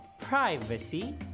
Privacy